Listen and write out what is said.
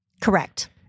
Correct